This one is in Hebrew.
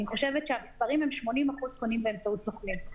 אני חושבת שהמספרים הם 80% קונים באמצעות סוכנים.